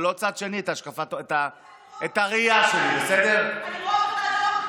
היו"ר ניסים ואטורי: